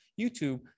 YouTube